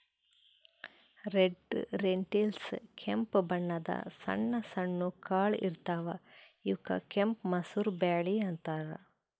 red lentils ಕೆಂಪ್ ಬಣ್ಣದ್ ಸಣ್ಣ ಸಣ್ಣು ಕಾಳ್ ಇರ್ತವ್ ಇವಕ್ಕ್ ಕೆಂಪ್ ಮಸೂರ್ ಬ್ಯಾಳಿ ಅಂತಾರ್